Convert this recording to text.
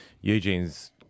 Eugene's